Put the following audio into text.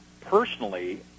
Personally